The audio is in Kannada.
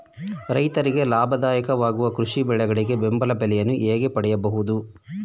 ರೈತರಿಗೆ ಲಾಭದಾಯಕ ವಾಗುವ ಕೃಷಿ ಬೆಳೆಗಳಿಗೆ ಬೆಂಬಲ ಬೆಲೆಯನ್ನು ಹೇಗೆ ಪಡೆಯಬಹುದು?